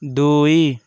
ଦୁଇ